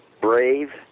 brave